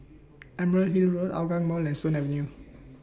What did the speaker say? Emerald Hill Road Hougang Mall and Stone Avenue